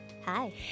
Hi